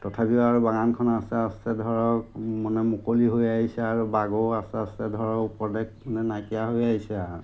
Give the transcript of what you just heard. তথাপিও আৰু বাগানখন আছে আছে ধৰক মানে মুকলি হৈ আহিছে আৰু বাঘো আস্তে আস্তে ধৰক উপদেশ নাইকিয়া হৈ আহিছে আৰু